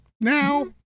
now